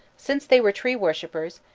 since they were tree-worshippers,